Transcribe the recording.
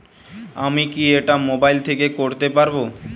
আমি কি এটা মোবাইল থেকে করতে পারবো?